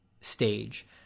stage